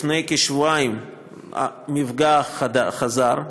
לפני שבועיים המפגע חזר,